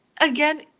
again